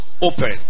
open